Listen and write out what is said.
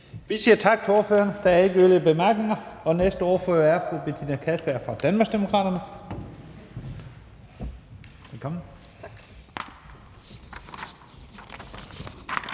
Vi siger tak til ordføreren. Der er ingen yderligere bemærkninger. Og næste ordfører er fru Betina Kastbjerg fra Danmarksdemokraterne. Velkommen. Kl.